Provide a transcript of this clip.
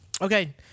Okay